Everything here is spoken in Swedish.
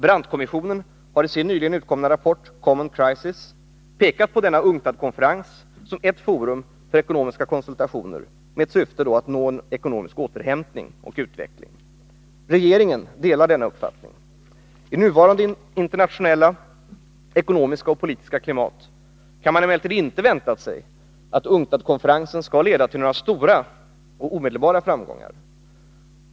Brandtkommissionen har i sin nyligen utkomna rapport Common Crisis pekat på UNCTAD-konferensen som ett forum för ekonomiska konsultationer med syfte att nå ekonomisk återhämtning och utveckling. Regeringen delar denna uppfattning. I nuvarande internationella ekonomiska och politiska klimat kan man emellertid inte vänta sig att UNCTAD konferensen skall leda till några stora och omedelbara framgångar.